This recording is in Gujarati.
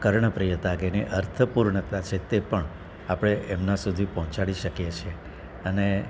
કર્ણપ્રિયતા કે એની અર્થપૂર્ણતા છે તે પણ આપણે એમના સુધી પહોંચાડી શકીએ છીએ અને